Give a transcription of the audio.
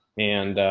and, ah,